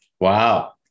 Wow